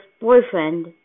boyfriend